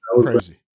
crazy